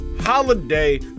holiday